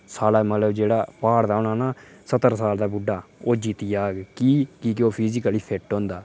साढ़ा मतलव जेह्ड़ा ना सत्तर साल दा बुढ्डा ओह् जीत्ती जाह्ग कि कीके ओह् फिट होंदा